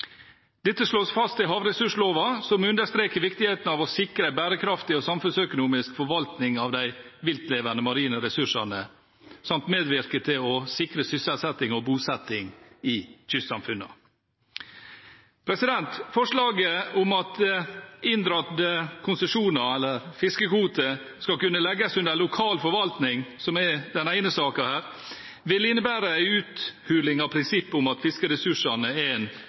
Dette slås fast i havressursloven, som understreker viktigheten av å sikre bærekraftig og samfunnsøkonomisk forvaltning av de viltlevende, marine ressursene samt medvirke til å sikre sysselsetting og bosetting i kystsamfunnene. Forslaget om at inndratte konsesjoner eller fiskekvoter skal kunne legges under lokal forvaltning, som er den ene saken her, vil innebære en uthuling av prinsippet om at fiskeressursene er en